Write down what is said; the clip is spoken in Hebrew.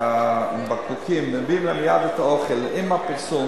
עם בקבוקים, מביאים להם מייד את האוכל, עם הפרסום,